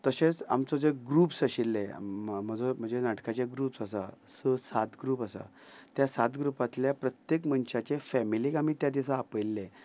तशेंच आमचो जे ग्रुप्स आशिल्ले म्हजो म्हजे नाटकाचे ग्रुप्स आसा स सात ग्रूप आसा त्या सात ग्रुपांतल्या प्रत्येक मनशाचे फेमिलीक आमी त्या दिसा आपयल्ले